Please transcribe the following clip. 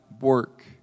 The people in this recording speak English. work